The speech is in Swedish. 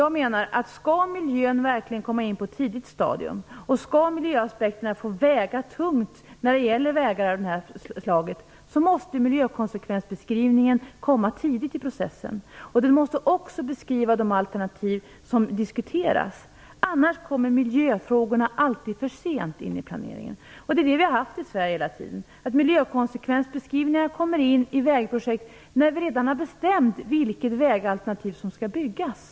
Jag menar att om miljöaspekterna verkligen skall komma in på ett tidigt stadium och om de skall få väga tungt när det gäller vägar av det här slaget, måste miljökonsekvensbeskrivningen göras tidigt i processen. Den måste också beskriva de alternativ som diskuteras. I annat fall kommer miljöfrågorna alltid för sent in i planeringen. Så har det hela tiden gått till i Sverige. Miljökonsekvensbeskrivningar kommer in i vägprojekt när man redan har bestämt vilket vägalternativ som skall byggas.